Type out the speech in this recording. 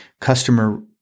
customer